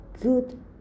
good